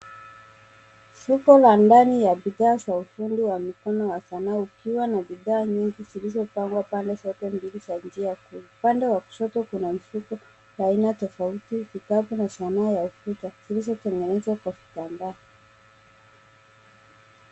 Soko la ndani ya bidhaa za ufundi wa mikono wa sanaa ukiwa na bidhaa nyingi zilizopangwa pande zote mbili za njia kuu. Upande wa kushoto kuna mifuko ya aina tofauti vikapu na sanaa ya ukuta, zilizotengenezwa kwa vitambaa.